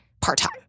part-time